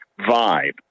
vibe